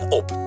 op